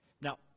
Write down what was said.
Now